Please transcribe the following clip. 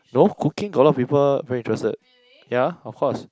no cooking got a lot of people very interested yea of course